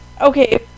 okay